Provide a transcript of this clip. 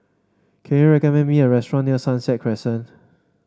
can you recommend me a restaurant near Sunset Crescent